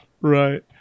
Right